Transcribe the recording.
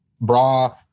bra